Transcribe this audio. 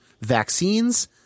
Vaccines